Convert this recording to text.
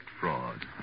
fraud